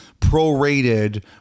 prorated